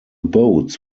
boats